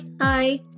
Hi